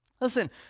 Listen